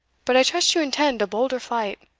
but i trust you intend a bolder flight.